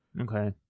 Okay